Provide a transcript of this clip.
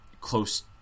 close